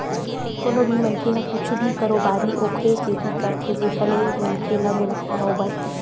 कोनो भी मनखे ह कुछु भी कारोबारी ओखरे सेती करथे जेखर ले मनखे ल मुनाफा होवय